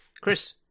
Chris